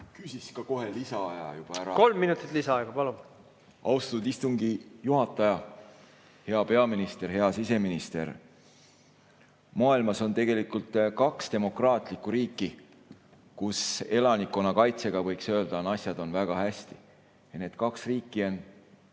Kolm minutit lisaaega. Palun! Kolm minutit lisaaega. Palun! Austatud istungi juhataja! Hea peaminister! Hea siseminister! Maailmas on tegelikult kaks demokraatlikku riiki, kus elanikkonnakaitsega, võiks öelda, on asjad väga hästi. Need kaks riiki on